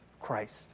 Christ